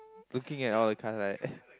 looking at our kinda like